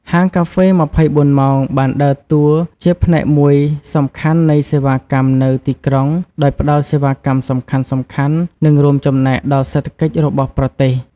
ហាងកាហ្វេ ២៤ ម៉ោង បានដើរតួជាផ្នែកមួយសំខាន់នៃសេវាកម្មនៅទីក្រុង ដោយផ្តល់សេវាកម្មសំខាន់ៗ និងរួមចំណែកដល់សេដ្ឋកិច្ចរបស់ប្រទេស។